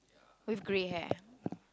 with grey hair